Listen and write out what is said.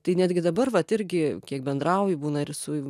tai netgi dabar vat irgi kiek bendrauju būna ir su